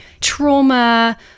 trauma